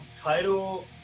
title